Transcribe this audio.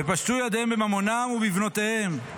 ופשטו ידיהם בממונם ובבנותיהם,